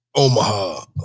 Omaha